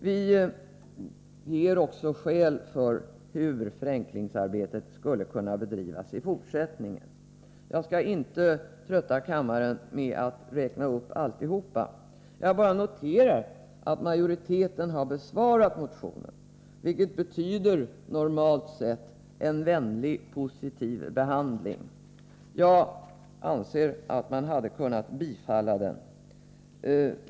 Vi visar också hur förenklingsarbetet skulle kunna bedrivas i fortsättningen. Jag skall inte trötta kammarens ledamöter med att räkna upp alltihop. Jag noterar bara att majoriteten har besvarat motionen, vilket normalt sett betyder en vänlig, positiv behandling. Jag anser att man hade kunnat tillstyrka den.